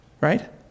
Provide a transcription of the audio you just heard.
right